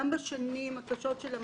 גם בשנים הקשות במשק,